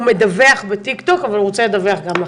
הוא מדווח בטיקטוק אבל הוא רוצה לדווח גם לכם.